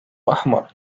أحمر